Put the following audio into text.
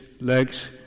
legs